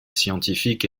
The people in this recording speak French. scientifique